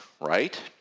right